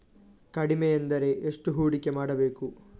ಕಡಿಮೆ ಎಂದರೆ ಎಷ್ಟು ಹೂಡಿಕೆ ಮಾಡಬೇಕು?